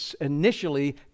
initially